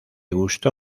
gustó